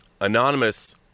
Anonymous